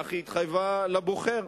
כך היא התחייבה לבוחר.